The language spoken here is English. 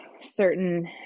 certain